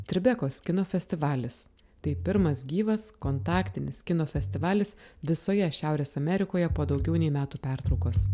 tribekos kino festivalis tai pirmas gyvas kontaktinis kino festivalis visoje šiaurės amerikoje po daugiau nei metų pertraukos